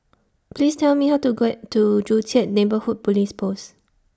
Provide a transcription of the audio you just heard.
Please Tell Me How to to Joo Chiat Neighbourhood Police Post